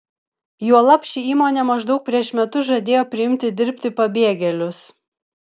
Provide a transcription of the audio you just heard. juolab ši įmonė maždaug prieš metus žadėjo priimti dirbti pabėgėlius